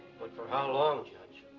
but for how long, judge?